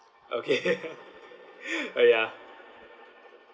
okay oh ya